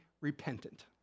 Repentant